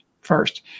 first